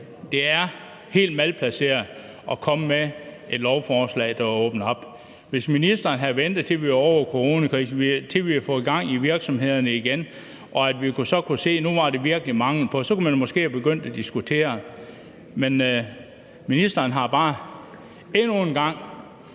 helt malplaceret at komme med et lovforslag, der åbner op for det. Hvis ministeren have ventet til, at vi var ovre coronakrisen og havde fået gang i virksomhederne igen og så kunne se, at nu var der virkelig mangel på arbejdskraft, så havde man måske kunnet begynde at diskutere det. Men ministeren har bare endnu en gang